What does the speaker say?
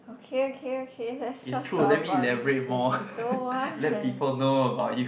okay okay okay let's not talk about this already don't want